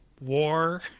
War